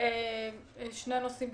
אני אדבר בקצרה על שני נושאים.